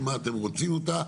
למה אתם רוצים אותה,